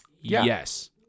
yes